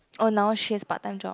orh now she has part time job